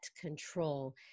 control